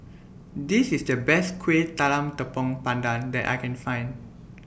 This IS The Best Kuih Talam Tepong Pandan that I Can Find